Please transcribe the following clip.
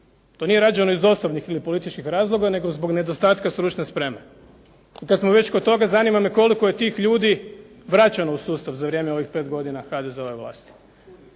To nije rađeno iz osobnih ili političkih razloga, nego zbog nedostatka stručne spreme. Kad smo već kod toga, zanima me koliko je tih ljudi vraćano u sustav za vrijeme ovih 5 godina HDZ-ove vlasti?